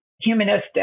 humanistic